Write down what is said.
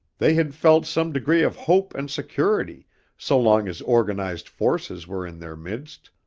they had felt some degree of hope and security so long as organized forces were in their midst,